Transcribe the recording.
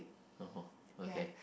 oh okay